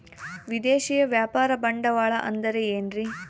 ವಿದೇಶಿಯ ವ್ಯಾಪಾರ ಬಂಡವಾಳ ಅಂದರೆ ಏನ್ರಿ?